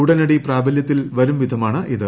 ഉടനടി പ്രാബലൃത്തിൽ വരുംവിധമാണിത്